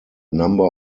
number